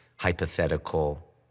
Hypothetical